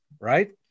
right